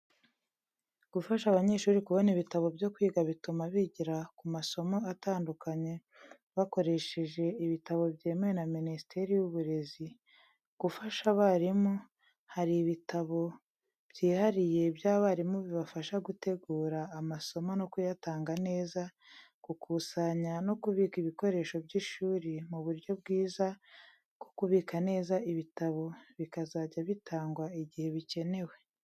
Gufasha abanyeshuri kubona ibitabo byo kwiga bituma bigira ku masomo atandukanye bakoresheje ibitabo byemewe na Minisiteri y'Uburezi gufasha abarimu, hari ibitabo byihariye by’abarimu bibafasha gutegura amasomo no kuyatanga neza, gukusanya no kubika ibikoresho by’ishuri n'uburyo bwiza bwo kubika neza ibitabo, bikazajya bitangwa igihe bikenewe.